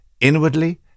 inwardly